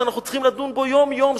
שאנחנו צריכים לדון בו יום-יום,